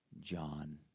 John